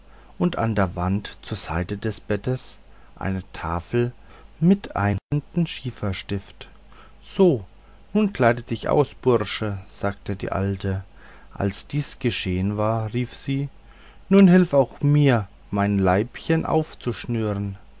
und an der wand zur seite des bettes eine tafel mit einem daranhängenden schieferstift so nun kleide dich aus bursche sagte die alte als dies geschehen war rief sie nun hilf auch mir mein leibchen